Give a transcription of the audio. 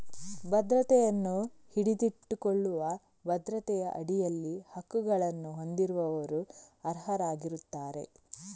ಭದ್ರತೆಯನ್ನು ಹಿಡಿದಿಟ್ಟುಕೊಳ್ಳುವ ಭದ್ರತೆಯ ಅಡಿಯಲ್ಲಿ ಹಕ್ಕುಗಳನ್ನು ಹೊಂದಿರುವವರು ಅರ್ಹರಾಗಿರುತ್ತಾರೆ